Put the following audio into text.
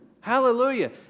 hallelujah